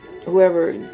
whoever